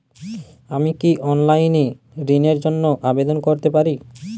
আমি কি অনলাইন এ ঋণ র জন্য আবেদন করতে পারি?